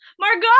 Margot